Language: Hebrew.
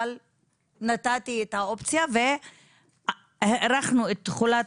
אבל נתתי את האופציה והארכנו את תחילת